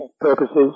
purposes